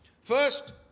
First